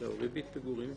ריבית פיגורים.